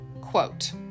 quote